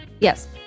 Yes